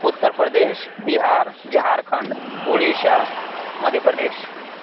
Uttar Pradesh Bihar Jharkhand Orissa Madhya Pradesh